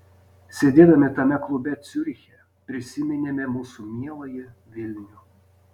sėdėdami tame klube ciuriche prisiminėme mūsų mieląjį vilnių